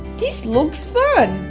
this looks fun!